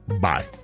Bye